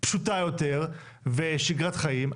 פשוטה יותר ושגרת חיים,